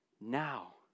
Now